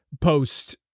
post